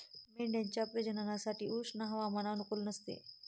मेंढ्यांच्या प्रजननासाठी उष्ण हवामान अनुकूल नसते